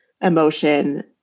emotion